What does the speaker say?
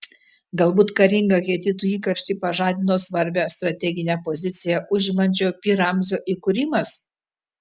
galbūt karingą hetitų įkarštį pažadino svarbią strateginę poziciją užimančio pi ramzio įkūrimas